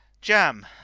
Jam